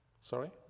Sorry